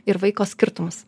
ir vaiko skirtumus